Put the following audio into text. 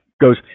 goes